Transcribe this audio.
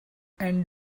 and